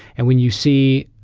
and when you see